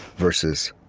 versus,